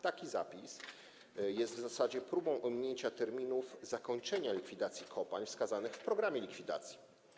Taki zapis jest w zasadzie próbą ominięcia terminów zakończenia likwidacji kopalń wskazanych w programie likwidacji.